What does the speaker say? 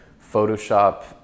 Photoshop